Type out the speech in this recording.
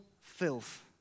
filth